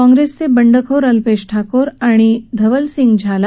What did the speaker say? काँग्रेसचे बंडखोर अल्पेश ठाकोर आणि धवलसिंह झाला